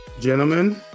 Gentlemen